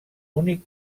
únic